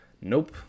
Nope